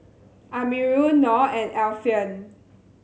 Amirul Noh and Alfian